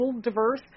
diverse